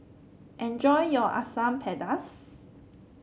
enjoy your Asam Pedas